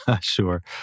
Sure